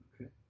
Okay